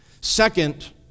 Second